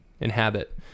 inhabit